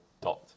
dot